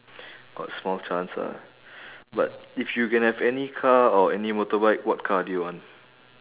got small chance ah but if you can have any car or any motorbike what car do you want